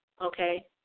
okay